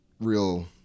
real